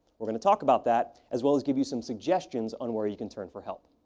we're going to talk about that, as well as give you some suggestions on where you can turn for help.